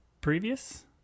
Previous